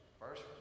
first